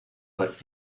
but